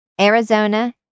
Arizona